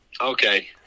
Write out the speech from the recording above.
Okay